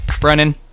Brennan